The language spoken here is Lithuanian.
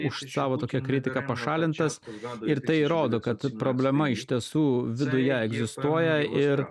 už savo tokią kritiką pašalintas gal ir tai rodo kad problema iš tiesų viduje egzistuoja ir